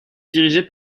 dirigé